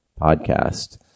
podcast